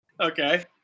Okay